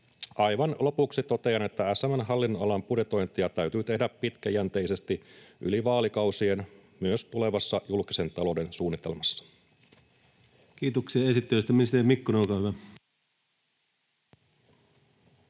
Aivan lopuksi totean, että SM:n hallinnonalan budjetointia täytyy tehdä pitkäjänteisesti yli vaalikausien myös tulevassa julkisen talouden suunnitelmassa. Kiitoksia esittelystä. — Ministeri Mikkonen olkaa hyvä.